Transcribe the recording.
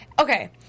Okay